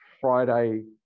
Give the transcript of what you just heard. Friday